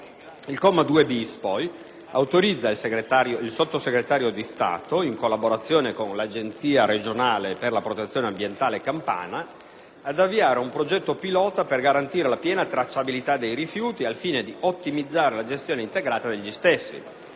stesso articolo autorizza il Sottosegretario di Stato, in collaborazione con l'Agenzia regionale per la protezione ambientale della Campania, ad avviare un progetto pilota per garantire la piena tracciabilità dei rifiuti, al fine di ottimizzare la gestione integrata degli stessi.